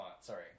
sorry